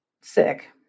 sick